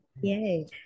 yay